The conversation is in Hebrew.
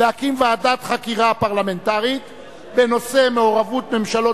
להקים ועדת חקירה פרלמנטרית בנושא מעורבות ממשלות